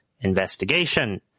investigation